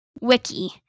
wiki